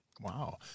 Wow